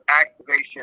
activation